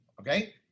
Okay